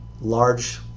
large